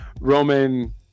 roman